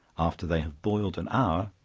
after they have boiled an hour,